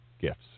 gifts